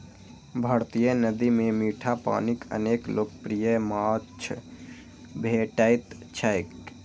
भारतीय नदी मे मीठा पानिक अनेक लोकप्रिय माछ भेटैत छैक